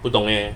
不懂 eh